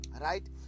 right